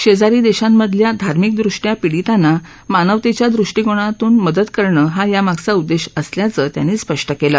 शेजारी देशांमधल्या धार्मिकृष्ट्या पीडितांना मानवतेच्या ृष्टीकोनातून मदत करणं हा यामागचा उद्देश असल्याचं त्यांनी स्पष्ट केलं